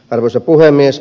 arvoisa puhemies